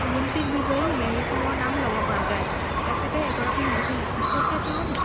Olympic বিজয়ী Mary ক'মৰ নাম ল'ব পৰা যায় তেখেতে এগৰাকী মহিলা বিশেষকৈ তেওঁ